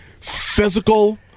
Physical